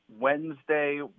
Wednesday